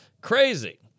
Crazy